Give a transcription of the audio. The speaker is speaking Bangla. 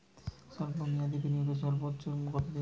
স্বল্প মেয়াদি বিনিয়োগ সর্বোচ্চ কত দিন?